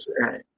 right